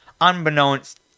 unbeknownst